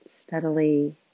steadily